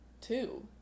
Two